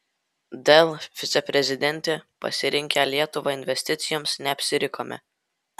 dell viceprezidentė pasirinkę lietuvą investicijoms neapsirikome